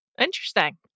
interesting